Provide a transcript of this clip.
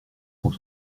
quand